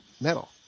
metal